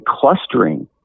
clustering